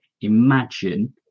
Imagine